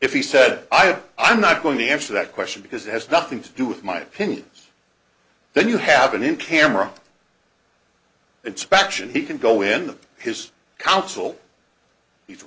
if he said i had i'm not going to answer that question because it has nothing to do with my opinions then you have been in camera inspection he can go in his counsel